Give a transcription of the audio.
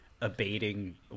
abating